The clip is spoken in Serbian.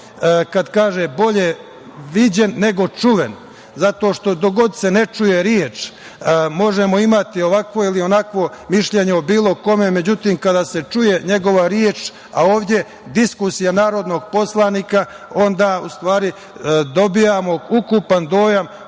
Kad kaže bolje – viđen nego čuven. Zato što dok god se ne čuje reč možemo imati ovakvo ili onakvo mišljenje o bilo kome, međutim kada se čuje njegova reč, a ovde diskusija narodnog poslanika, onda u stvari dobijamo ukupan dojam